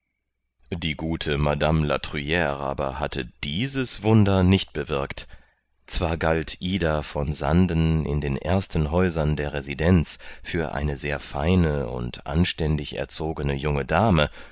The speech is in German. die gute madame la truiaire aber hatte dieses wunder nicht bewirkt zwar galt ida von sanden in den ersten häusern der residenz für eine sehr feine und anständig erzogene junge dame